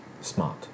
Smart